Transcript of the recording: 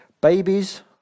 Babies